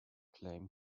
claim